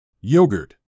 Yogurt